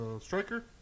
Striker